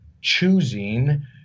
choosing